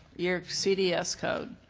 your cds code,